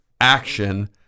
action